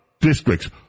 districts